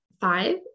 five